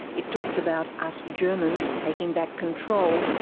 it talks about us germans taking back control,